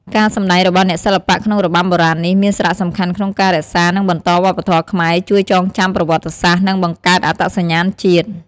ការសម្តែងរបស់អ្នកសិល្បៈក្នុងរបាំបុរាណនេះ មានសារៈសំខាន់ក្នុងការរក្សា និងបន្តវប្បធម៌ខ្មែរ ជួយចងចាំប្រវត្តិសាស្ត្រ និងបង្កើតអត្តសញ្ញាណជាតិ។